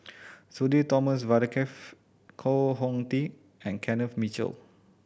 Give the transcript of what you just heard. Sudhir Thomas Vadaketh Koh Hong Teng and Kenneth Mitchell